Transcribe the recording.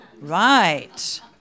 Right